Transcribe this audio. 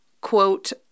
quote